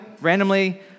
randomly